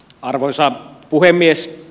arvoisa puhemies